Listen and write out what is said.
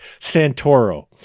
Santoro